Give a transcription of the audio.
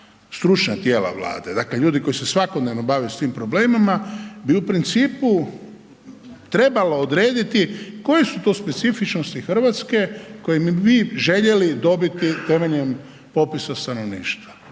stručna tijela Vlade, dakle, ljudi koji se svakodnevno bave s tim problemima bi u principu trebalo odrediti koje su to specifičnosti RH koje bi mi željeli dobiti temeljem popisa stanovništva?